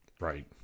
Right